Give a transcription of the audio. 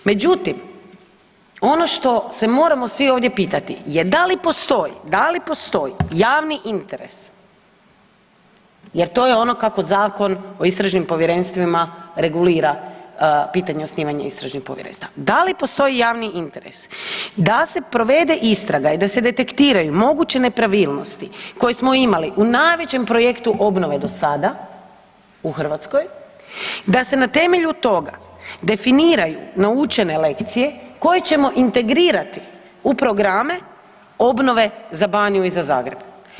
Međutim, ono što se moramo svi ovdje pitati je da li postoji, da li postoji javni interes jer to je ono kako Zakon o istražnim povjerenstvima regulira pitanje osnivanje istražnih povjerenstava, da li postoji javni interes da se provede istraga i da se detektiraju moguće nepravilnosti koje smo imali u najvećem projektu obnove do sada u Hrvatskoj, da se na temelju toga definiraju naučene lekcije koje ćemo integrirati u programe obnove za Baniju i za Zagreb?